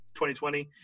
2020